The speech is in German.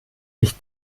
nicht